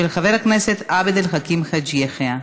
של חבר הכנסת עבד אל חכים חאג' יחיא.